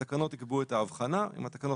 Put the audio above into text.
יש התייחסות למצבו הכלכלי של האדם שנמצא